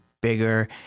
bigger